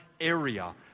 area